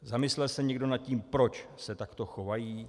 Zamyslel se někdo nad tím, proč se takto chovají?